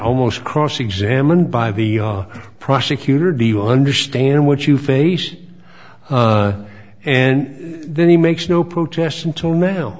almost cross examined by the prosecutor do you understand what you face and then he makes no protest until now